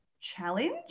challenge